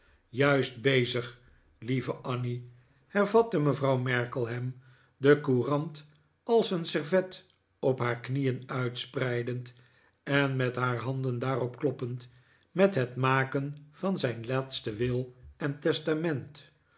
juist bezig lieve annie hervatte mevrouw markleham de courant als een servet op haar knieen uitspreidend en met haar handen daarop kloppend met het maken van zijn laatsten wil en testament